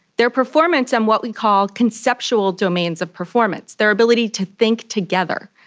their performance on what we call conceptual domains of performance, their ability to think together,